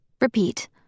repeat